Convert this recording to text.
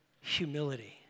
humility